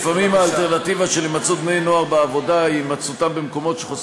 לפעמים האלטרנטיבה של בני-הנוער והימצאותם,